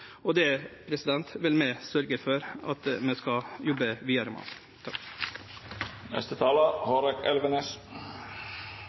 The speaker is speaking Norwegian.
og det vil vi sørgje for at vi skal jobbe vidare med.